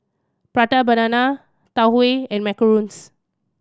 Prata Banana Tau Huay and macarons